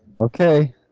Okay